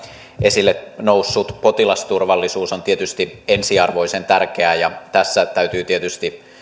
esille noussut potilasturvallisuus on tietysti ensiarvoisen tärkeää ja siinä täytyy tietysti